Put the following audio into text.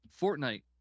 Fortnite